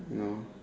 no